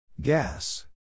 Gas